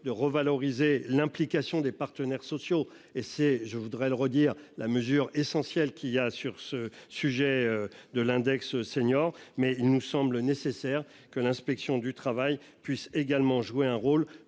de revaloriser l'implication des partenaires sociaux et c'est je voudrais le redire la mesure essentielle qui il a sur ce sujet de l'index senior mais il nous semble nécessaire que l'inspection du travail puisse également jouer un rôle